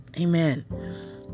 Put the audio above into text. amen